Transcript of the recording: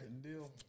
deal